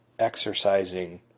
exercising